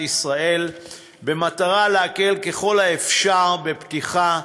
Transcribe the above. ישראל במטרה להקל ככל האפשר בפתיחה,